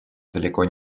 далеко